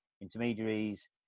intermediaries